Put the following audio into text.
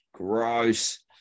gross